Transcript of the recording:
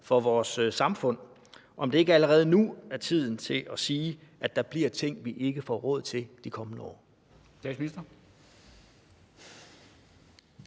vores samfund? Er det ikke allerede nu tid til at sige, at der bliver ting, vi ikke får råd til de kommende år?